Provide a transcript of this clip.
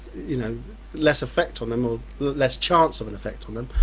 you know less effect on them or less chance of an effect on them,